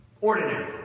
ordinary